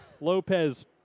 Lopez